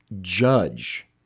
judge